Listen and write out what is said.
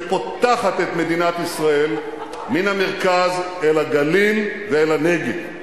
שפותחת את מדינת ישראל מן המרכז אל הגליל ואל הנגב.